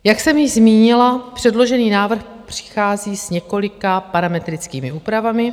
Jak jsem již zmínila, předložený návrh přichází s několika parametrickými úpravami.